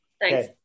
Thanks